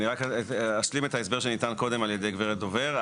אני רק אשלים את ההסבר שניתן קודם על ידי גברת דובר,